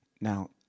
Now